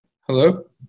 Hello